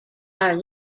are